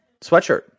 sweatshirt